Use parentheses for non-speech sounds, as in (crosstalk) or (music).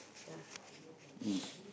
yeah (noise)